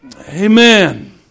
Amen